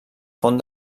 font